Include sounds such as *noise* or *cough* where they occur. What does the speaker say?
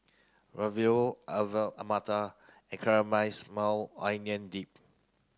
*unintelligible* Alu Matar and *unintelligible* Onion Dip